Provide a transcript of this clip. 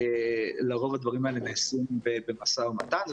לרוב הדברים האלה נעשים במשא ומתן,